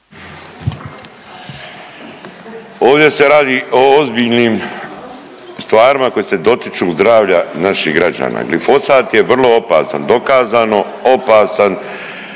Ovdje se radi o ozbiljnim stvarima koje se dotiču zdravlja naših građana. Glifosat je vrlo opasan dokazano, opasan